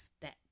step